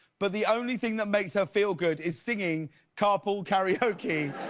but the only thing that makes her feel good is singing carpool karaoke